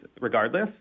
regardless